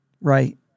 right